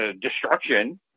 destruction